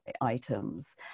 items